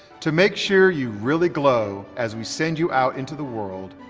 to make sure you really glow as we send you out into the world,